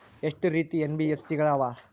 ಎಷ್ಟ ರೇತಿ ಎನ್.ಬಿ.ಎಫ್.ಸಿ ಗಳ ಅವ?